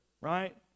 right